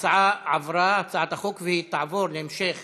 ההצעה להעביר את הצעת חוק זכות השגה על החלטה בעניין